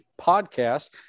podcast